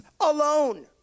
alone